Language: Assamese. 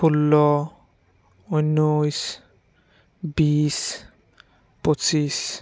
ষোল্ল ঊনৈছ বিশ পঁচিছ